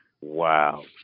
Wow